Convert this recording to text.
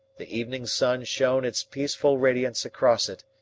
the evening sun shone its peaceful radiance across it,